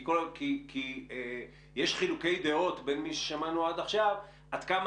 כי יש חילוקי דעות בין מי ששמענו עד עכשיו עד כמה